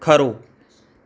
ખરું